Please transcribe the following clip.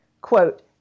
Quote